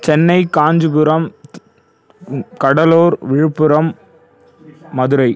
Chennai Kanchipuram Cuddalore Villupuram Madurai